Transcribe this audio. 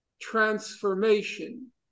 transformation